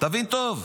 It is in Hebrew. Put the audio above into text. תבין טוב.